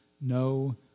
No